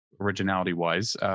originality-wise